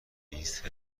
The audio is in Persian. بیست